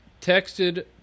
texted